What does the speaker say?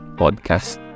podcast